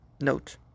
note